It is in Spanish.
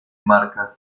marcas